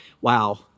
wow